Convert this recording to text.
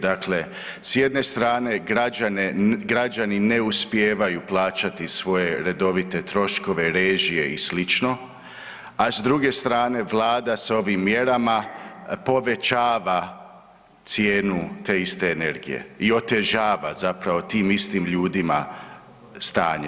Dakle, s jedne strane građane, građani ne uspijevaju plaćati svoje redovite troškove, režije i slično, a s druge strane vlada s ovim mjerama povećava cijenu te iste energije i otežava zapravo tim istim ljudima stanje.